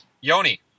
Yoni